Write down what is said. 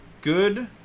Good